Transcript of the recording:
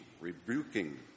rebuking